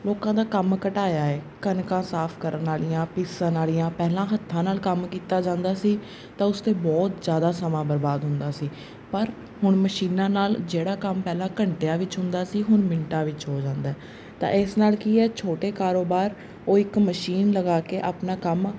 ਲੋਕਾਂ ਦਾ ਕੰਮ ਘਟਾਇਆ ਹੈ ਕਣਕਾਂ ਸਾਫ ਕਰਨ ਵਾਲੀਆਂ ਪੀਸਣ ਵਾਲੀਆਂ ਪਹਿਲਾਂ ਹੱਥਾਂ ਨਾਲ ਕੰਮ ਕੀਤਾ ਜਾਂਦਾ ਸੀ ਤਾਂ ਉਸ 'ਤੇ ਬਹੁਤ ਜ਼ਿਆਦਾ ਸਮਾਂ ਬਰਬਾਦ ਹੁੰਦਾ ਸੀ ਪਰ ਹੁਣ ਮਸ਼ੀਨਾਂ ਨਾਲ ਜਿਹੜਾ ਕੰਮ ਪਹਿਲਾਂ ਘੰਟਿਆਂ ਵਿੱਚ ਹੁੰਦਾ ਸੀ ਹੁਣ ਮਿੰਟਾਂ ਵਿੱਚ ਹੋ ਜਾਂਦਾ ਤਾਂ ਇਸ ਨਾਲ ਕੀ ਹੈ ਛੋਟੇ ਕਾਰੋਬਾਰ ਉਹ ਇੱਕ ਮਸ਼ੀਨ ਲਗਾ ਕੇ ਆਪਣਾ ਕੰਮ